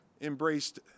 embraced